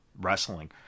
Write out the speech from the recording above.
wrestling